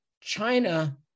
China